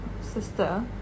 sister